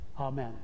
amen